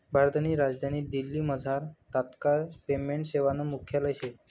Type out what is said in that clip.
भारतनी राजधानी दिल्लीमझार तात्काय पेमेंट सेवानं मुख्यालय शे